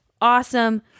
awesome